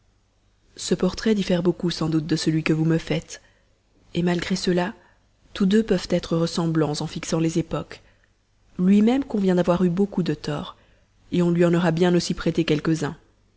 ce portrait diffère beaucoup de celui que vous me faites malgré cela tous deux peuvent être ressemblants en fixant les époques lui-même convient d'avoir eu beaucoup de torts on lui en aura bien aussi prêté